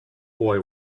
boy